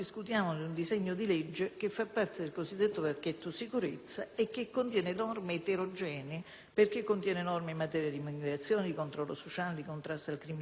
eterogenee: norme in materia di immigrazione, di controllo sociale, di contrasto al crimine organizzato, di aggravamenti di reati contro la persona, contro il patrimonio, il decoro urbano, la circolazione stradale